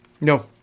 No